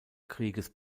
krieges